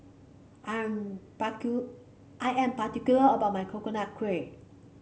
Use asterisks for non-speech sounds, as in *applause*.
I am *unintelligible* I am particular about my Coconut Kuih